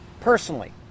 Personally